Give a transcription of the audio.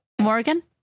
Morgan